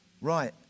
Right